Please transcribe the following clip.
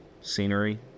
scenery